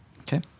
Okay